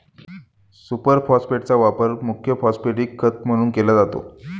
super फॉस्फेटचा वापर मुख्य फॉस्फॅटिक खत म्हणून केला जातो